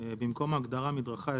- במקום ההגדרה "מדרכה",